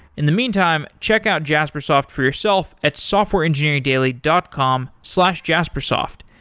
in the meantime, check out jaspersoft for yourself at softwareengineeringdaily dot com slash jaspersoft.